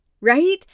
right